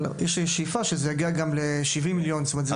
אבל יש שאיפה שזה יגיע גם ל-70 מיליון ₪.